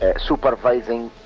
ah supervising.